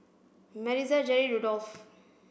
Maritza Jeri Rudolf